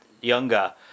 younger